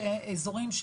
ישנם אזורים,